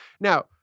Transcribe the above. now